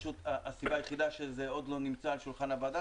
הסיבה היחידה שזה עוד לא נמצא על שולחן הוועדה